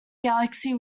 galaxy